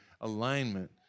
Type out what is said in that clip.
alignment